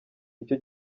icyo